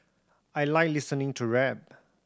I like listening to rap